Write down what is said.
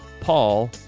Paul